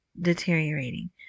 deteriorating